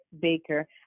Baker